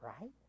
right